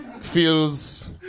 feels